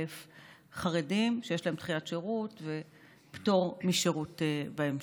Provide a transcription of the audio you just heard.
חרדים שיש להם דחיית שירות ופטור משירות בהמשך.